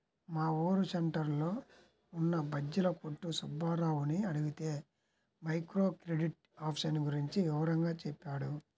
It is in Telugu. మా ఊరు సెంటర్లో ఉన్న బజ్జీల కొట్టు సుబ్బారావుని అడిగితే మైక్రో క్రెడిట్ ఆప్షన్ గురించి వివరంగా చెప్పాడు